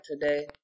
today